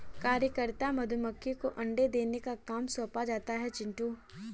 कार्यकर्ता मधुमक्खी को अंडे देने का काम सौंपा जाता है चिंटू